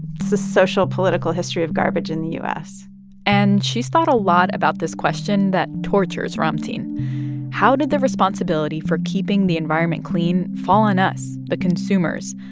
it's a social, political history of garbage in the u s and she's thought a lot about this question that tortures ramtin how did the responsibility for keeping the environment clean fall on us, the consumers,